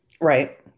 Right